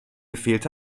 gefehlt